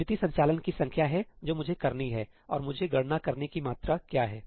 3n2 स्मृति संचालन की संख्या है जो मुझे करनी हैऔर मुझे गणना करने की मात्रा क्या है